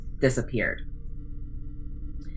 disappeared